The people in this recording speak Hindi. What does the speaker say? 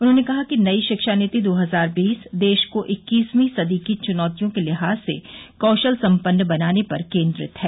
उन्होंने कहा कि नई शिक्षानीति दो हजार बीस देश को इक्कीसवीं सदी की च्नौतियों के लिहाज से कौशल सम्पन्न बनाने पर केन्द्रित है